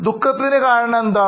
ദുഃഖത്തിന് കാരണം എന്താണ്